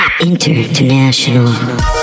international